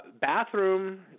bathroom